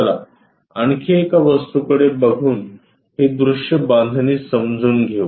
चला आणखी एका वस्तूकडे बघून ही दृश्य बांधणी समजून घेऊ